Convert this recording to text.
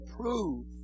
prove